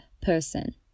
person